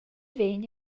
vegn